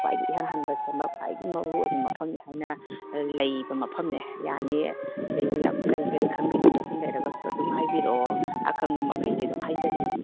ꯈ꯭ꯋꯥꯏꯗꯒꯤ ꯏꯍꯥꯟ ꯍꯥꯟꯕ ꯁꯦꯃꯕ ꯈ꯭ꯋꯥꯏꯗꯒꯤ ꯃꯔꯨ ꯑꯣꯏꯕ ꯃꯐꯝꯅꯤ ꯍꯥꯏꯅ ꯂꯩꯕ ꯃꯐꯝꯅꯦ ꯌꯥꯅꯤ ꯁꯤꯗꯩꯁꯤꯗ ꯌꯥꯝ ꯀꯔꯤ ꯀꯔꯤ ꯈꯪꯅꯤꯡꯕ ꯂꯩꯔꯒꯁꯨ ꯑꯗꯨꯝ ꯍꯥꯏꯕꯤꯔꯛꯑꯣ ꯑꯈꯪꯕ ꯃꯈꯩꯗꯤ ꯑꯗꯨꯝ ꯍꯥꯏꯖꯒꯦ